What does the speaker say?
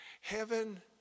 Heaven